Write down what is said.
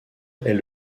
est